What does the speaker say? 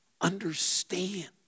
Understand